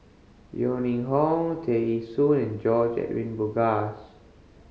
Yeo Ning Hong Tear Ee Soon and George Edwin Bogaars